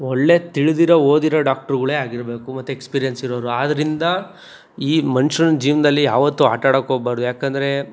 ಒಳ್ಳೆ ತಿಳಿದಿರೋ ಓದಿರೋ ಡಾಕ್ಟ್ರ್ಗಳೆ ಆಗಿರಬೇಕು ಮತ್ತು ಎಕ್ಸ್ಪೀರಿಯೆನ್ಸ್ ಇರೋರು ಆದ್ರಿಂದ ಈ ಮನುಷ್ಯನ್ ಜೀವನದಲ್ಲಿ ಯಾವತ್ತು ಆಟ ಆಡಕ್ಕೆ ಹೋಗ್ಬಾರ್ದು ಯಾಕಂದರೆ